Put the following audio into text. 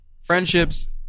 friendships